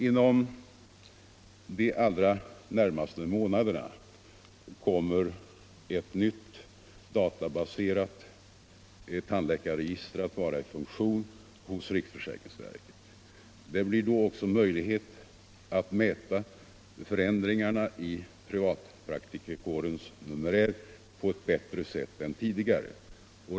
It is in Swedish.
Inom de allra närmaste månaderna kommer ett nytt databaserat tandläkarregister att vara i funktion hos riksförsäkringsverket. Det blir då också möjligt att mäta förändringarna i privatpraktikerkårens numerär på ett bättre sätt än tidigare.